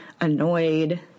annoyed